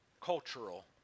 cultural